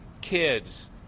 kids